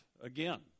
again